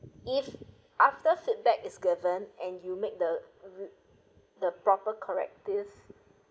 if after feedback is given and you make the it the proper corrective